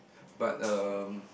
but um